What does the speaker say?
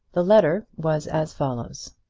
the letter was as follows